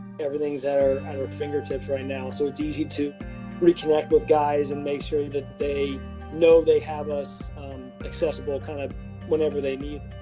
everything is at our our fingertips right now. so it's easy to reconnect with guys and make sure that they know they have us accessible kind of whenever they need.